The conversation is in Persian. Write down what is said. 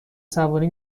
سواری